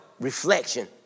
Reflection